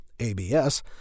ABS